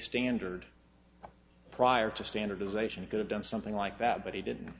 standard prior to standardization it could have done something like that but he didn't